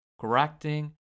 correcting